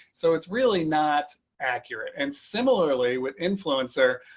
so it's really not accurate. and similarly with influencer,